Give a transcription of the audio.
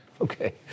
Okay